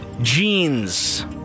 Jeans